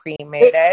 cremated